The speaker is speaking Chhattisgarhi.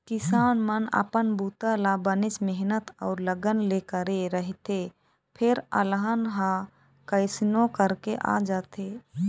किसान मन अपन बूता ल बनेच मेहनत अउ लगन ले करे रहिथे फेर अलहन ह कइसनो करके आ जाथे